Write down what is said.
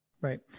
Right